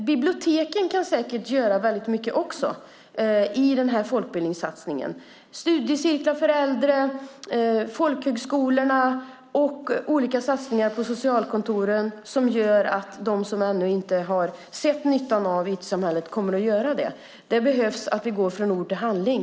Biblioteken kan säkert också göra väldigt mycket i den här folkbildningssatsningen liksom studiecirklar för äldre, folkhögskolorna och olika satsningar på socialkontoren som gör att de som ännu inte har sett nyttan av IT-samhället kommer att göra det. Vi behöver gå från ord till handling.